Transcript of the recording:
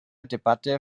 debatte